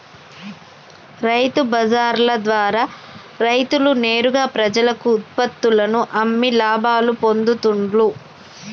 రైతు బజార్ల ద్వారా రైతులు నేరుగా ప్రజలకు ఉత్పత్తుల్లను అమ్మి లాభాలు పొందుతూండ్లు